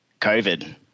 COVID